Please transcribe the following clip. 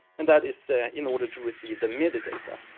and that is in order to receive the midi data.